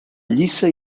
lliça